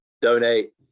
donate